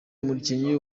umukinnyi